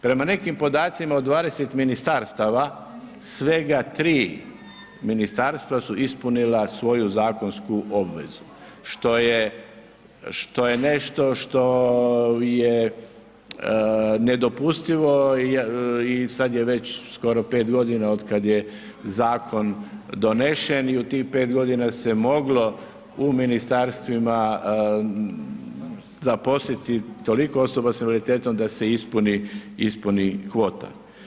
Prema nekim podacima u 20 ministarstva, svega 3 ministarstva su ispunila svoju zakonsku obavezu, što je nešto što je nedopustivo i sada je već skoro 5 g. od kada je zakon donesen i u tih 5 g. se moglo u ministarstvima zaposliti toliko osoba s invaliditetom da se ispuni kvota.